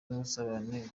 n’ubusabane